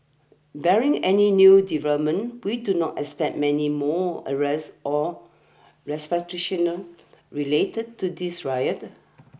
barring any new developments we do not expect many more arrests or related to this riot